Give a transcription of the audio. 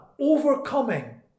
overcoming